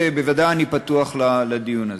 בוודאי אני פתוח לדיון הזה.